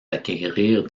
d’acquérir